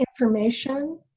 information